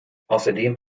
außerdem